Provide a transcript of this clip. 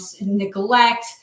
neglect